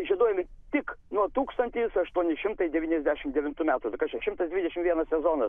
žieduojami tik nuo tūkstantis aštuoni šimtai devyniasdešimt devintų metų tai kas čia šimtas dvidešimt vienas sezonas